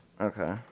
Okay